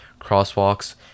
crosswalks